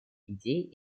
идей